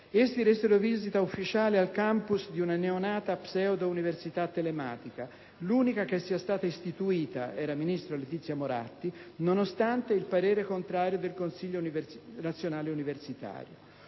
Essi resero visita ufficiale al campus di una neonata pseudo-università telematica, l'unica che sia stata istituita (era ministro Letizia Moratti) nonostante il parere contrario del Consiglio universitario